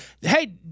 Hey